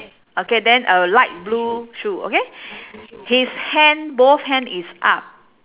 okay then a light blue shoe okay his hand both hand is up